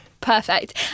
perfect